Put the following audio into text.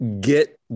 get